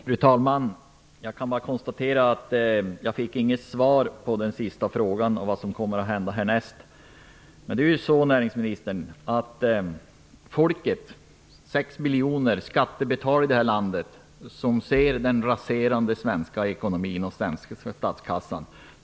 Fru talman! Jag kan bara konstatera att jag inte fick något svar på min sista fråga om vad som kommer att hända härnäst. Folket, dvs. 6 miljoner skattebetalare i det här landet, ser den raserande svenska ekonomin och statskassan, näringsministern.